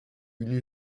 une